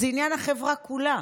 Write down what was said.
זה עניין החברה כולה.